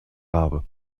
rabe